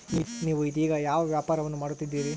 ನೇವು ಇದೇಗ ಯಾವ ವ್ಯಾಪಾರವನ್ನು ಮಾಡುತ್ತಿದ್ದೇರಿ?